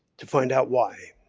to find out why.